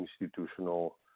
institutional